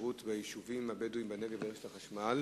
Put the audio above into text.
שירות ביישובים הבדואיים בנגב לרשת החשמל.